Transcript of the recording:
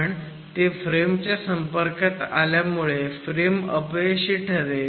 पण ते फ्रेमच्या संपर्कात आल्यामुळे फ्रेम अपयशी ठरेल